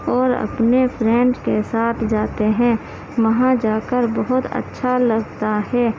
اور اپنے فرینڈ کے ساتھ جاتے ہیں وہاں جا کر بہت اچھا لگتا ہے